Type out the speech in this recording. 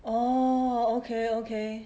oh okay okay